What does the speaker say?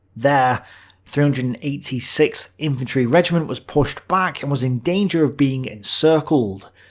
there three hundred and eighty sixth infantry regiment was pushed back and was in danger of being encircled.